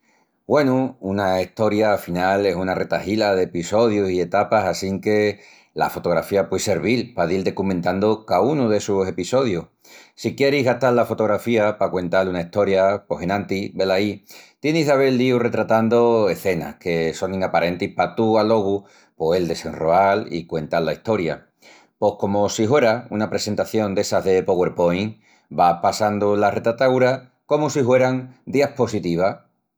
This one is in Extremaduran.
Güenu, una estoria afinal es una retahila de epissodius i etapas assinque la fotografía puei servil pa dil decumentandu caúnu d'essus epissodius. Si quieris gastal la fotografía pa cuental una estoria pos enantis, velaí, tienis d'avel díu retratandu ecenas que sonin aparentis pa tú alogu poel desenroal i cuental la estoria. Pos comu si huera una presentación d'essas de Powerpoint, vas passandu las retrataúras comu si hueran diaspositivas.